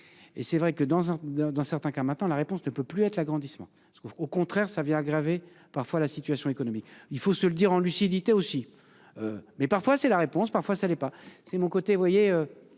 Et c'est vrai que dans, dans certains cas maintenant la réponse ne peut plus être l'agrandissement ce qu'veut au contraire ça vient aggraver parfois la situation économique, il faut se le dire en lucidité aussi. Mais parfois c'est la réponse parfois ça l'est pas. C'est mon côté vous voyez.